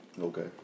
Okay